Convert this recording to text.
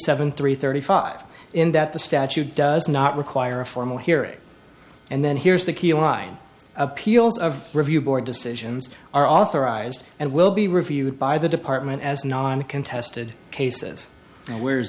seven three thirty five in that the statute does not require a formal hearing and then here's the key line appeals of review board decisions are authorized and will be reviewed by the department as non contested cases where